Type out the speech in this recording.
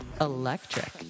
Electric